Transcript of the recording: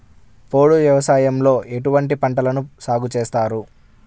పోడు వ్యవసాయంలో ఎటువంటి పంటలను సాగుచేస్తారు?